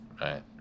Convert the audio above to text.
Right